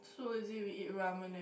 so is it we eat ramen then